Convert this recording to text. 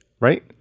Right